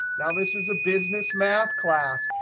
now, this is a business math class.